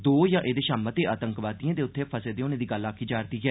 दो यां एहदे शा मते आतंकवादियें दे उत्थें फसे दे होने दी गल्ल आक्खी जा रदी ऐ